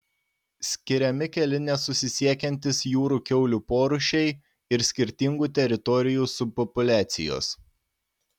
skiriami keli nesusisiekiantys jūrų kiaulių porūšiai ir skirtingų teritorijų subpopuliacijos